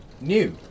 new